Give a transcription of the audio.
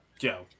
Joe